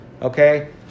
okay